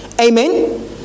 Amen